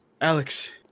Alex